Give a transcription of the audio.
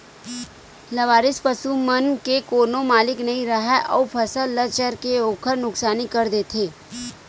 लवारिस पसू मन के कोनो मालिक नइ राहय अउ फसल ल चर के ओखर नुकसानी कर देथे